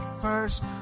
first